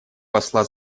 посла